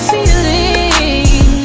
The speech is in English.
Feeling